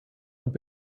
und